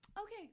Okay